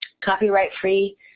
copyright-free